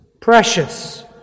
precious